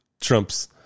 Trump's